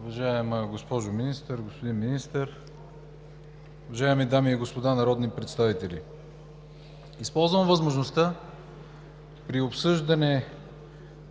уважаема госпожо Министър, господин Министър, уважаеми дами и господа народни представители! Използвам възможността при обсъждане